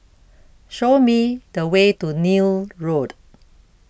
show me the way to Neil Road